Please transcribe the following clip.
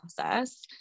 process